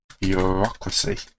bureaucracy